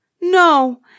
No